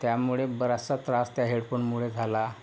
त्यामुळे बराचसा त्रास त्या हेडफोनमुळे झाला